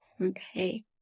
Okay